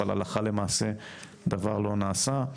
אבל הלכה למעשה דבר לא נעשה.